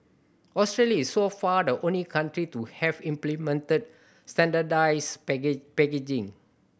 Australia is so far the only country to have implemented standardised packaging